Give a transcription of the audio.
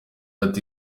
ati